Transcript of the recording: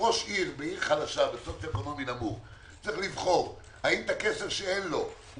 כשראש עיר בעיר חלשה צריך לבחור האם את הכסף שאין לו הוא